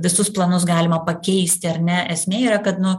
visus planus galima pakeisti ar ne esmė yra kad nu